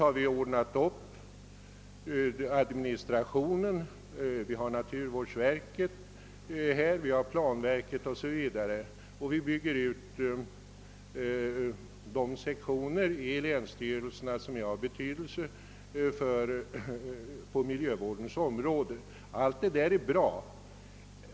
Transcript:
Vi har ordnat upp den centrala administrationen med naturvårdsverket och planverket o. s. v., och vi bygger ut de sektioner i länsstyrelserna som är av betydelse för miljövården. Det är bra.